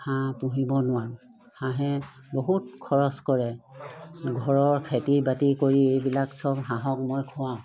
হাঁহ পুহিব নোৱাৰোঁ হাঁহে বহুত খৰচ কৰে ঘৰৰ খেতি বাতি কৰি এইবিলাক চব হাঁহক মই খুৱাওঁ